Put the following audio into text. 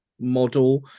model